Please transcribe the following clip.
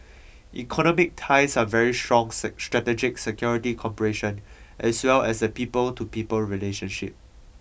economic ties are very strong say strategic security cooperation as well as the people to people relationship